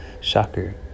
Shocker